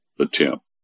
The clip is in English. attempt